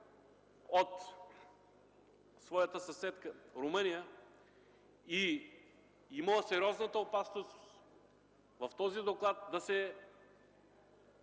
от своята съседка Румъния и има сериозната опасност в този доклад да се